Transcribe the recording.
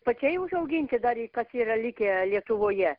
pačiai užauginti dar kas yra likę lietuvoje